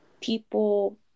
people